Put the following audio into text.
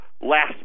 last